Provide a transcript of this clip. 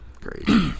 Great